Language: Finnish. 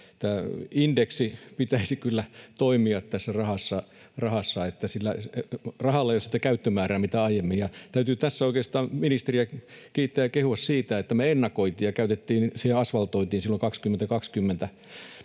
tämä indeksi pitäisi kyllä toimia rahassa. Sillä rahalla ei ole sitä käyttömäärää, mitä aiemmin. Ja täytyy tässä oikeastaan ministeriä kiittää ja kehua siitä, että me ennakointiin ja käytettiin asvaltoitiin silloin 2020